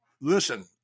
listen